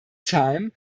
time